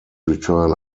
return